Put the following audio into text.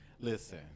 Listen